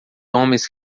homens